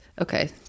Okay